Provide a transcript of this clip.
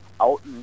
out